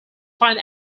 find